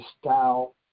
style